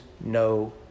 no